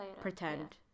pretend